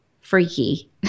freaky